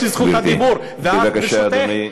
יש לי זכות הדיבור, בבקשה, אדוני.